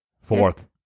Fourth